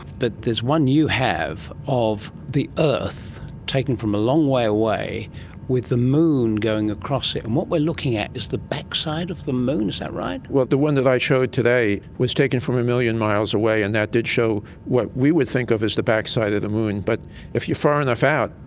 but there's one you have of the earth taken from long way away with the moon going across it. and what we are looking at is the backside of the moon, is that right? well, the one that i showed today was taken from a million miles away, and that did show what we would think of as the backside of the moon, but if you are far enough out,